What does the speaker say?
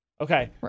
Okay